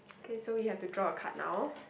K so we have to draw a card now